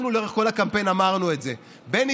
אנחנו לאורך כל הקמפיין אמרנו את זה: בני